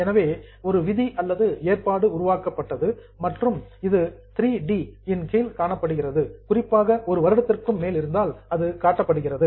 எனவே ஒரு விதி அல்லது ஏற்பாடு உருவாக்கப்பட்டது மற்றும் இது 3 இன் கீழ் காணப்படுகிறது குறிப்பாக ஒரு வருடத்திற்கும் மேல் இருந்தால் அது காட்டப்படுகிறது